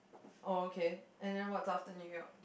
oh okay and then what's after New-York